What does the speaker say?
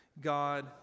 God